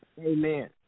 Amen